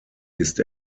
ist